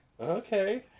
okay